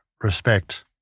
respect